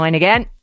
again